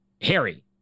harry